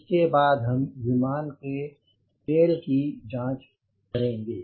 इसके बाद हम विमान की टेल की जांच करेंगे